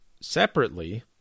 Separately